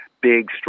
big